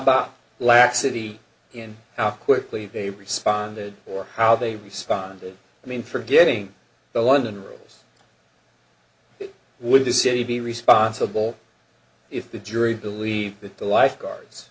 about laxity in how quickly they responded or how they responded i mean forgetting the london rolls it would to say be responsible if the jury believed that the lifeguards